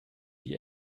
die